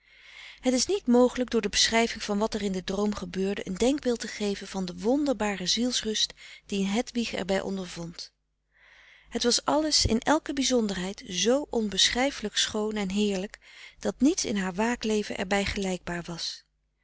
het is niet mogelijk door de beschrijving van wat frederik van eeden van de koele meren des doods er in den droom gebeurde een denkbeeld te geven van den wonderbaren zielslust dien hedwig er bij ondervond het was alles in elke bizonderheid zoo onbeschrijfelijk schoon en heerlijk dat niets in haar waak leven er bij gelijkbaar was